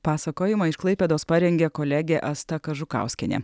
pasakojimą iš klaipėdos parengė kolegė asta kažukauskienė